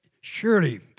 surely